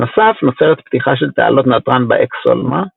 בנוסף נוצרת פתיחה של תעלות נתרן באקסולמה,